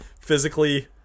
physically